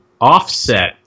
offset